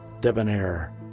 debonair